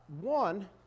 One